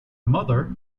mother